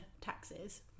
taxes